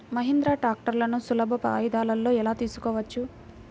మహీంద్రా ట్రాక్టర్లను సులభ వాయిదాలలో ఎలా తీసుకోవచ్చు?